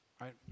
right